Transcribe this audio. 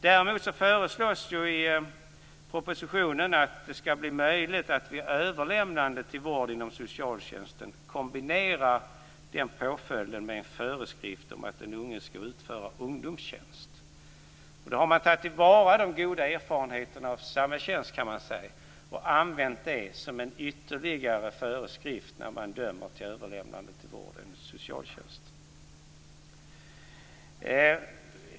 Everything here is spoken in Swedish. Däremot föreslås i propositionen att det skall bli möjligt att vid överlämnande till vård inom socialtjänsten kombinera denna påföljd med en föreskrift om att den unge skall utföra ungdomstjänst. Man har så att säga tagit till vara de goda erfarenheterna av samhällstjänst och använt det som en ytterligare föreskrift när man dömer till överlämnande till vård inom socialtjänsten.